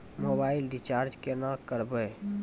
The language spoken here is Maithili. मोबाइल रिचार्ज केना करबै?